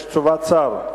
יש תשובת שר?